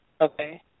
Okay